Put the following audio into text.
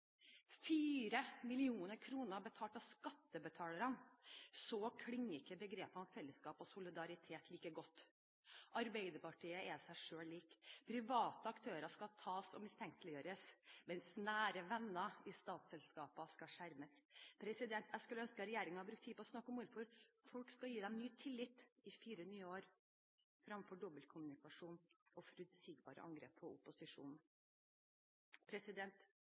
betalt av skattebetalerne – klinger ikke begrepene om fellesskap og solidaritet like godt. Arbeiderpartiet er seg selv lik. Private aktører skal tas og mistenkeliggjøres, mens nære venner i statsselskaper skal skjermes. Jeg skulle ønske at regjeringen brukte tid på å snakke om hvorfor folk skal gi dem ny tillit i fire nye år, framfor dobbeltkommunikasjon og forutsigbare angrep på opposisjonen.